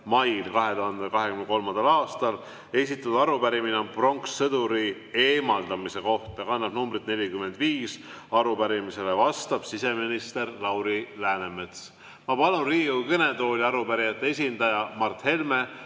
mail 2023. aastal. Esitatud arupärimine on pronkssõduri eemaldamise kohta ja kannab numbrit 45. Arupärimisele vastab siseminister Lauri Läänemets. Ma palun Riigikogu kõnetooli arupärijate esindaja Mart Helme,